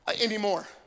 Anymore